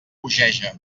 bogeja